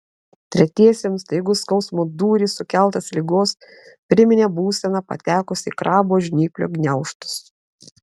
tretiesiems staigus skausmo dūris sukeltas ligos priminė būseną patekus į krabo žnyplių gniaužtus